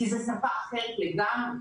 כי זו שפה אחרת לגמרי.